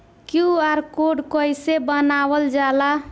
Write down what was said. QR code कइसे बनवाल जाला?